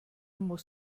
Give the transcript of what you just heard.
muss